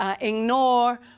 ignore